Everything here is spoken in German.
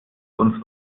uns